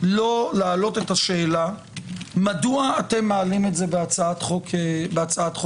לא להעלות את השאלה מדוע אתם מעלים את זה בהצעת חוק פרטית.